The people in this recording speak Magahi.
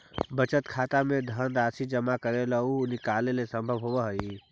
बचत खाता में धनराशि जमा करेला आउ निकालेला संभव होवऽ हइ